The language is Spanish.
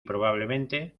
probablemente